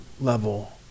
level